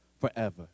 forever